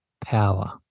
power